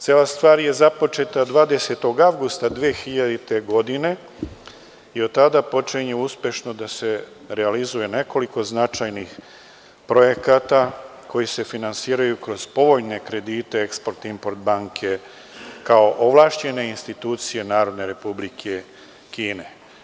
Cela stvar je započeta 20. avgusta 2000. godine i od tada počinje uspešno da se realizuje nekoliko značajnih projekata koji se finansiraju kroz povoljne kredite „Eksport-import“ banke kao ovlašćene institucije Narodne Republike Kine.